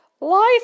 Life